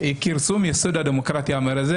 היא כרסום יסוד הדמוקרטיה הישראלית,